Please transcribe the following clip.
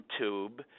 YouTube